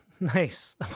Nice